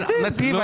נתיב,